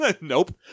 Nope